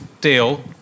deal